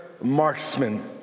marksman